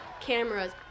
cameras